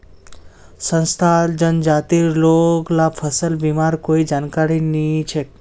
संथाल जनजातिर लोग ला फसल बीमार कोई जानकारी नइ छेक